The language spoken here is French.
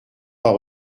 pas